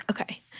Okay